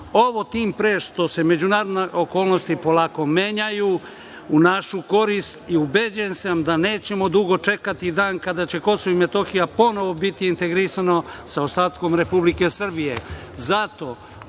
tim pre što se međunarodne okolnosti polako menjaju u našu korist i ubeđen sam da nećemo dugo čekati dan kada će KiM ponovo biti integrisano sa ostatkom Republike Srbije.